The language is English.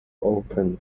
open